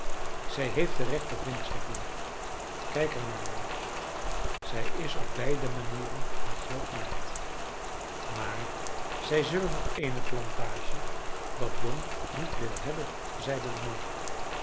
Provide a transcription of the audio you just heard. zij heeft de rechte vingers daarvoor kijk er maar naar zij is op beide manieren haar geld waard maar zij zullen op eene plantage dat jong niet willen hebben zeide de man